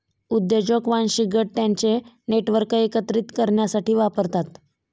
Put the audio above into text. उद्योजक वांशिक गट त्यांचे नेटवर्क एकत्रित करण्यासाठी वापरतात